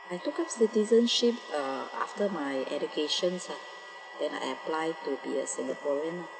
I took up citizenship uh after my education ah then I apply to be a singaporean